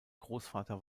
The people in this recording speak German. großvater